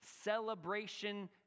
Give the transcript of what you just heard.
celebration